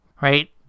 right